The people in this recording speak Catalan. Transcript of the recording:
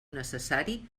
necessari